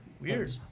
Weird